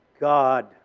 God